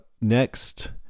next